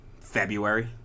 February